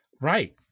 Right